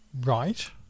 Right